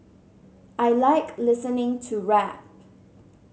I like listening to rap